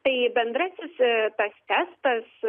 tai bendrasis tas testas